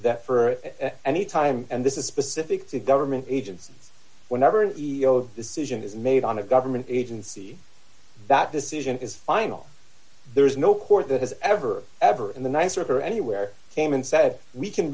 that for any time and this is specific to government agencies whenever an e o decision is made on a government agency that decision is final there is no court that has ever ever in the nicer anywhere came and said we can